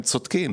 צודקים,